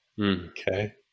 Okay